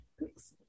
thanks